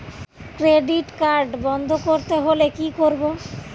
Credit card বন্ধ করতে হলে কি করব?